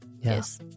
Yes